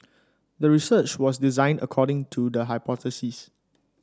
the research was designed according to the hypothesis